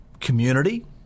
community